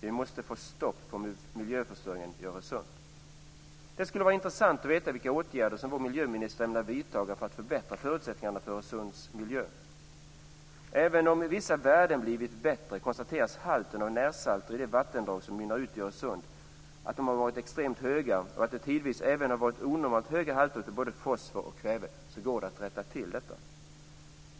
Vi måste få stopp på miljöförstöringen i Öresund! Fru talman! Det skulle vara intressant att veta vilka åtgärder vår miljöminister ämnar vidta för att förbättra förutsättningarna för Öresunds miljö. Även om vissa värden blivit bättre konstateras att halten av närsalter i de vattendrag som mynnar ut i Öresund har varit extremt hög och att det tidvis även har varit onormalt höga halter av både fosfor och kväve. Det går att rätta till detta.